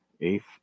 eighth